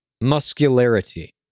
muscularity